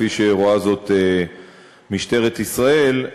כפי שרואה זאת משטרת ישראל,